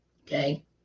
Okay